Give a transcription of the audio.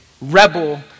rebel